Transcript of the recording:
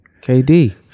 KD